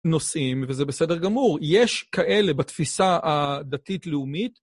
נושאים, וזה בסדר גמור, יש כאלה בתפיסה הדתית-לאומית...